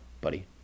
buddy